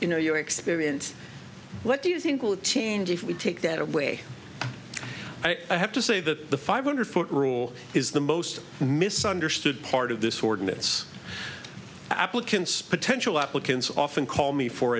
you know your experience what do you think will change if we take that away i have to say that the five hundred foot rule is the most misunderstood part of this ordinance applicants potential applicants often call me for